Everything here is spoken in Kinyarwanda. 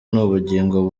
n’ubugingo